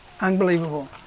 unbelievable